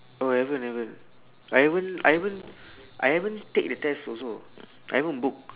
oh haven't haven't I haven't I haven't I haven't take the test also I haven't book